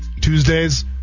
Tuesdays